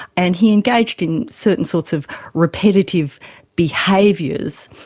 and he engaged in certain sorts of repetitive behaviours.